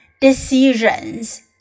decisions